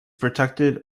protected